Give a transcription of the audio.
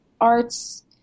arts